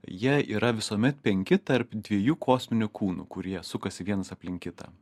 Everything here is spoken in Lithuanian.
jie yra visuomet penki tarp dviejų kosminių kūnų kurie sukasi vienas aplink kitą